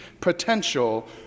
potential